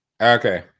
Okay